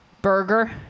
Burger